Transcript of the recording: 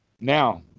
now